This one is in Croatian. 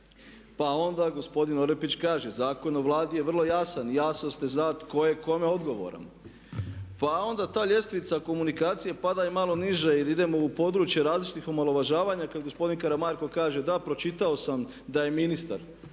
Pa onda gospodin Orepić kaže, Zakon o Vladi je vrlo jasan i jasno se zna tko je kome odgovoran. Pa onda ta ljestvica komunikacije pada i malo niže jer idemo u područje različitih omalovažavanja kada gospodin Karamarko kaže da, pročitao sam da je ministar